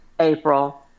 April